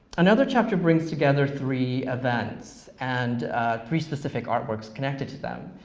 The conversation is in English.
another chapter brings together three events and three specific art works connected to them.